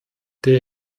der